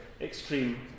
extreme